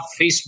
Facebook